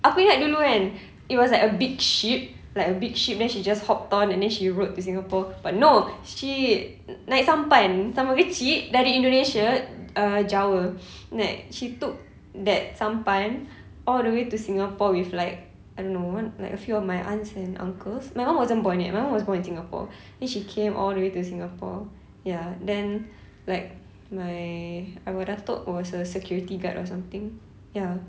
aku ingat dulu kan it was like a big ship like a big ship then she just hopped on and then she rode to singapore but no she naik sampan sampan kecil dari indonesia jawa like she took that sampan all the way to singapore with like I don't know one like a few of my aunts and uncles my mum wasn't born yet my mum was born in singapore then she came all the way to singapore ya then like my arwah datuk was a security guard or something ya